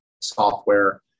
software